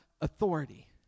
authority